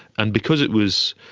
and because it was,